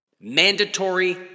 Mandatory